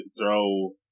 throw